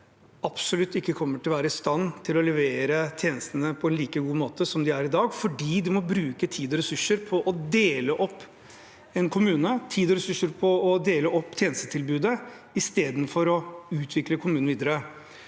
absolutt ikke kommer til å være i stand til å levere tjenestene på en like god måte som de er i dag, fordi de må bruke tid og ressurser på å dele opp en kommune, tid og ressurser på å dele opp tjenestetilbudet, istedenfor å utvikle kommunen videre.